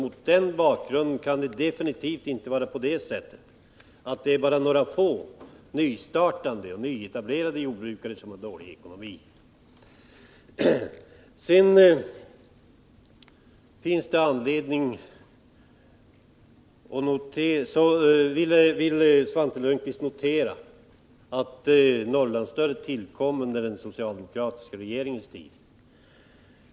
Mot den bakgrunden kan det definitivt inte vara på det sättet att bara några få nyetablerade jordbrukare har dålig ekonomi. Svante Lundkvist ville notera att Norrlandsstödet tillkom under den socialdemokratiska regeringens tid.